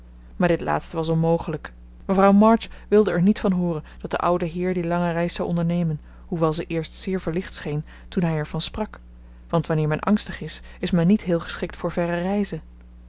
maar dit laatste was onmogelijk mevrouw march wilde er niet van hooren dat de oude heer die lange reis zou ondernemen hoewel ze eerst zeer verlicht scheen toen hij er van sprak want wanneer men angstig is is men niet heel geschikt voor verre reizen